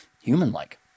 human-like